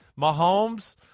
Mahomes